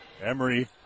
Emery